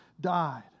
died